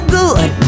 good